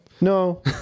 No